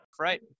Right